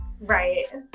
Right